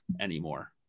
anymore